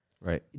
Right